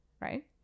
right